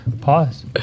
Pause